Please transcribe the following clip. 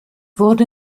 wurde